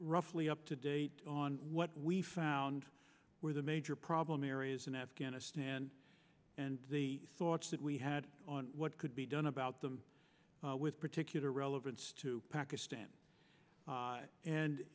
roughly up to date on what we found were the major problem areas in afghanistan and the thoughts that we had on what could be done about them with particular relevance to pakistan a